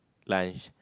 lunch